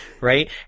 right